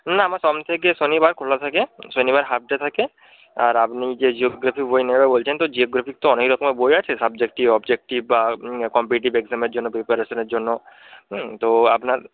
না আমার সোম থেকে শনিবার খোলা থাকে শনিবার হাফ ডে থাকে আর আপনি যে জিওগ্রাফি বই নেবে বলছেন তো জিওগ্রাফির তো অনেক রকমের বই আছে সাবজেক্টিভ অবজেক্টিভ বা কম্পিটিটিভ এক্সামের জন্য প্রিপারেশানের জন্য তো আপনার